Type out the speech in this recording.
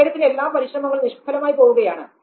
അദ്ദേഹത്തിന്റെ എല്ലാ പരിശ്രമങ്ങളും നിഷ്ഫലമായി പോവുകയാണ്